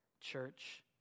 church